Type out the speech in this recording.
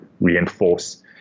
reinforce